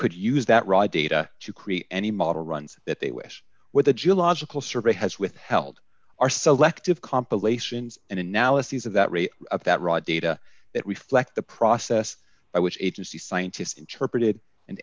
could use that raw data to create any model runs that they wish with a geological survey has withheld are selective compilations and analyses of that rate of that raw data that reflect the process by which agency scientists interpreted and